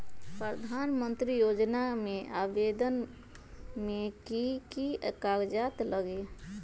प्रधानमंत्री योजना में आवेदन मे की की कागज़ात लगी?